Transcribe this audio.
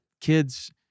kids